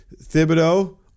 Thibodeau